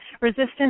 Resistance